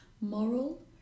moral